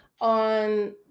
on